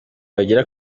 bagera